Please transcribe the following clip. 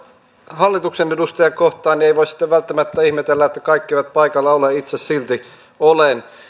hallituksen edustajia kohtaan niin ei voi sitten välttämättä ihmetellä että kaikki eivät paikalla ole itse silti olen